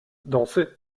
dansez